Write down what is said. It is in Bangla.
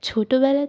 ছোটোবেলা